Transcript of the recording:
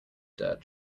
dirt